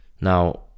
Now